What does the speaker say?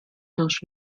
durch